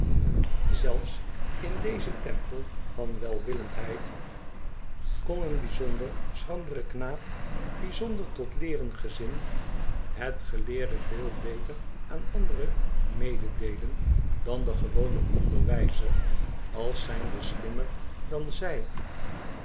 zelis in dezen tempel van welwillendheid kon een bijzonder schrandere knaap bijzonder tot leeren gezind het geleerde veel beter aan anderen mededeelen dan de gewone onderwijzer als zijnde slimmer dan zij